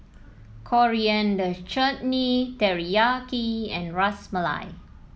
Coriander Chutney Teriyaki and Ras Malai